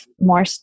more